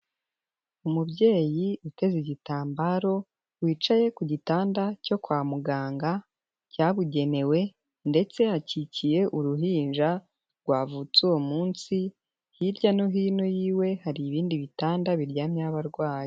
Umubyeyi uteze igitambaro, wicaye ku gitanda cyo kwa muganga cyabugenewe, ndetse akikiye uruhinja rwavutse uwo munsi, hirya no hino yiwe hari ibindi bitanda biryamyeho abarwayi.